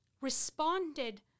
responded